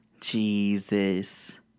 Jesus